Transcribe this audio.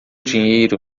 dinheiro